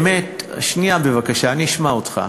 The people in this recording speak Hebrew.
שנייה, בבקשה, אני אשמע אותך.